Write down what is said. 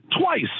twice